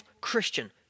Christian